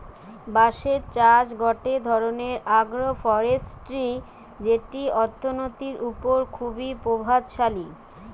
বাঁশের চাষ গটে ধরণের আগ্রোফরেষ্ট্রী যেটি অর্থনীতির ওপর খুবই প্রভাবশালী